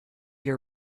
your